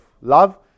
love